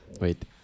Wait